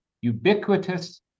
ubiquitous